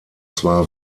zwar